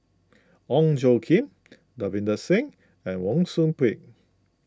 Ong Tjoe Kim Davinder Singh and Wang Sui Pick